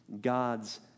God's